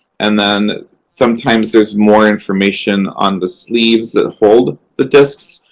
and then sometimes there's more information on the sleeves that hold the discs.